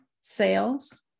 sales